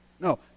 No